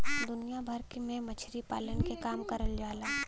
दुनिया भर में मछरी पालन के काम करल जाला